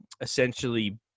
essentially